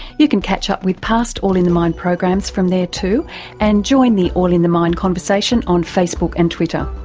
you can catch up with past all in the mind programs from there too and join the all in the mind conversation on facebook and twitter.